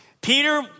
Peter